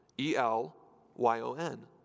E-L-Y-O-N